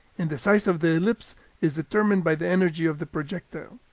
and the size of the ellipse is determined by the energy of the projectile.